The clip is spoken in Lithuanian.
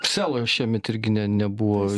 selo šiemet irgi ne nebuvo